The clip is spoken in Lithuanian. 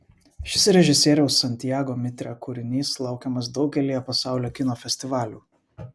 šis režisieriaus santiago mitre kūrinys laukiamas daugelyje pasaulio kino festivalių